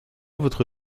votre